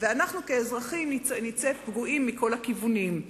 ואנחנו כאזרחים נצא פגועים מכל הכיוונים.